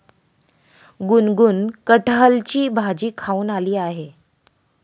गुनगुन कठहलची भाजी खाऊन आली आहे